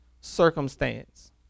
circumstance